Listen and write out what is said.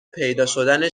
پیداشدن